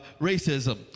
racism